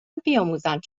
بیاموزند